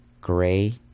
gray